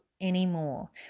Anymore